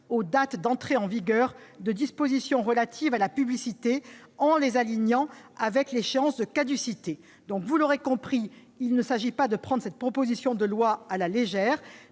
aux dates d'entrée en vigueur de dispositions relatives à la publicité, en les alignant avec l'échéance de caducité. Vous l'aurez compris, il ne faut pas prendre cette proposition de loi à la légère.